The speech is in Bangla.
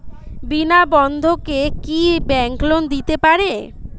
বিনা বন্ধকে কি ব্যাঙ্ক লোন দিতে পারে?